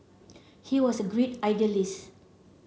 he was a great idealist